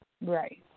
Right